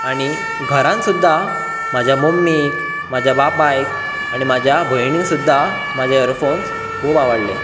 आनी घरांत सुद्दां म्हाज्या मम्मीक म्हाज्या बापायक आनी म्हाज्या भयणीक सुद्दां म्हजे यरफोन्स खूब आवाडले